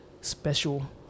special